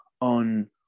on